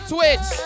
Twitch